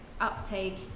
uptake